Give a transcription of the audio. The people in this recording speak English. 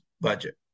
budget